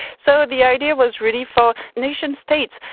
so the idea was really for nation states,